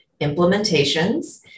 implementations